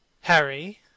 Harry